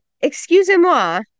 excusez-moi